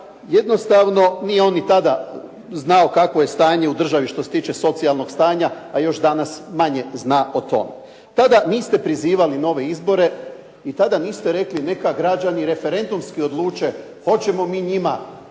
jednostavno nije on ni tada znao kakvo je stanje u državi što se tiče socijalnog stanja a još danas manje zna o tome. Tada niste prizivali nove izbore i tada niste rekli neka građani referendumski odluče hoćemo mi njima